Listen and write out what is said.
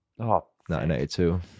1982